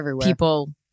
people